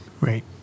Right